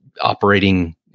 operating